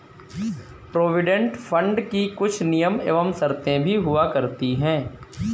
provident fund की कुछ नियम एवं शर्तें भी हुआ करती हैं